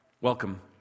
Welcome